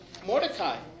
Mordecai